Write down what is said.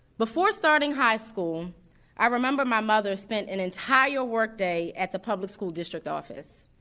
before starting high school i remember my mother spent an entire workday at the public school district office.